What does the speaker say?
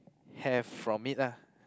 have from it ah